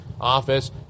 office